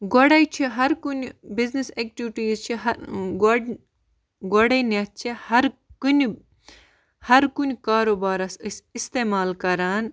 گۄڈَے چھِ ہرکُنہِ بِزنِس اٮ۪کٹِوِٹیٖز چھِ گۄڈٕ گۄڈٕنٮ۪تھ چھِ ہرکُنہِ ہرکُنہِ کاروبارَس أسۍ استعمال کَران